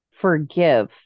forgive